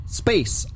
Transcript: space